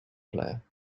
player